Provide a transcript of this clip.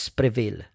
prevail